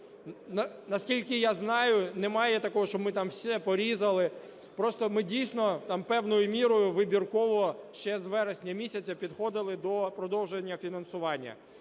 наскільки я знаю, немає такого, що ми там все порізали. Просто ми, дійсно, там певною мірою вибірково ще з вересня місяця підходили до продовження фінансування.